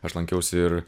aš lankiausi ir